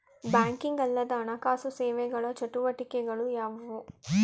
Banking ಅಲ್ಲದ ಹಣಕಾಸು ಸೇವೆಗಳ ಚಟುವಟಿಕೆಗಳು ಯಾವುವು?